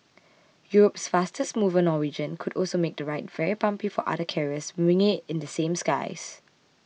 Europe's fastest mover Norwegian could also make the ride very bumpy for other carriers winging it in the same skies